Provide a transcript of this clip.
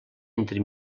entre